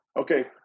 Okay